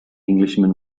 englishman